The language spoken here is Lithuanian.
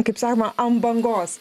kaip sakoma ant bangos